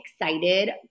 excited